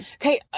Okay